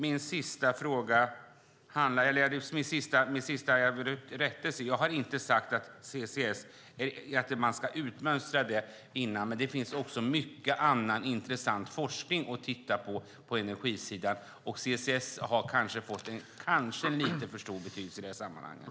Till sist har jag en rättelse: Jag har inte sagt att man ska utmönstra CCS, men det finns också mycket annan intressant forskning att titta på när det gäller energisidan. CCS har kanske fått en lite för stor betydelse i det sammanhanget.